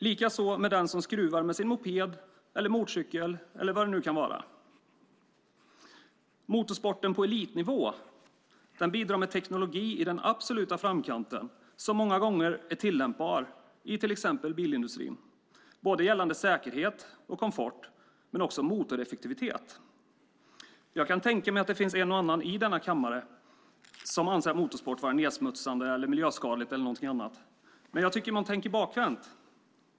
Likaså är det med den som skruvar med sin moped, motorcykel eller vad det nu kan vara. Motorsporten på elitnivå bidrar med teknik i den absoluta framkanten som många gånger är tillämpbar i till exempel bilindustrin gällande både säkerhet och komfort men också motoreffektivitet. Jag kan tänka mig att det finns en och annan i denna kammare som anser att motorsport är nedsmutsande, miljöskadligt eller någonting annat. Jag tycker att man tänker bakvänt.